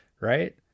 right